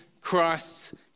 Christ's